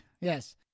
Yes